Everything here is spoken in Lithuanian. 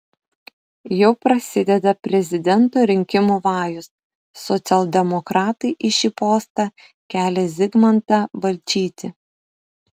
jau prasideda prezidento rinkimų vajus socialdemokratai į šį postą kelią zigmantą balčytį